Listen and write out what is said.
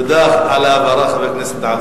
תודה על ההבהרה, חבר הכנסת עפו אגבאריה.